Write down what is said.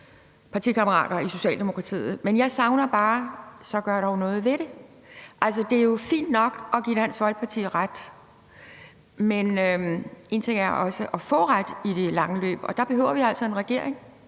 partikammerater i Socialdemokratiet tit, men jeg savner bare, at man gør noget ved det. Det er jo fint nok at give Dansk Folkeparti ret, men det er også en ting at få ret i det lange løb, og der behøver vi altså en regering